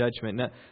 judgment